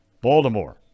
Baltimore